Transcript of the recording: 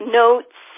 notes